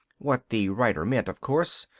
what the writer meant, of course,